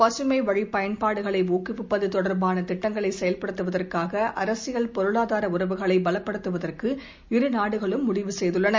பசுமை வழிப் பயன்பாடுகளை ஊக்குவிப்பது தொடர்பான திட்டங்களை செயல்படுத்துவதற்காக அரசியல் பொருளாதார உறவுகளை பலப்படுத்துவதற்கு இரு நாடுகளும் முடிவு செய்துள்ளன